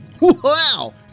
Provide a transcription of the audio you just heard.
Wow